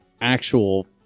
actual